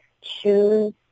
choose